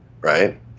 right